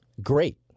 great